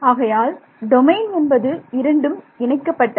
ஆகையால் டொமைன் என்பது இரண்டும் இணைக்கப்பட்டது